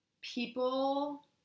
people